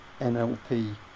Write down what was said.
NLP